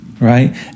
right